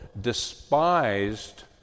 despised